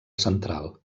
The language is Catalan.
central